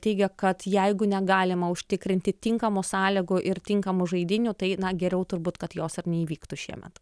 teigia kad jeigu negalima užtikrinti tinkamų sąlygų ir tinkamų žaidynių tai na geriau turbūt kad jos ir neįvyktų šiemet